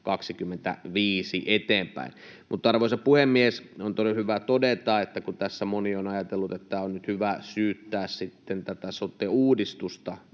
25 eteenpäin. Arvoisa puhemies! On hyvä todeta, että kun tässä moni on ajatellut, että nyt on hyvä syyttää tätä sote-uudistusta